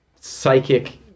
psychic